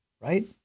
right